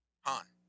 Han